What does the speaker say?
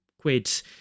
quid